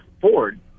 Ford